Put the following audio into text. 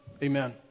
Amen